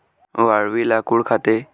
वाळवी लाकूड खाते